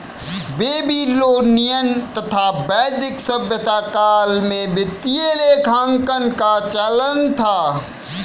Babylonian तथा वैदिक सभ्यता काल में वित्तीय लेखांकन का चलन था